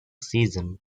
season